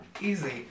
Easy